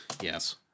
Yes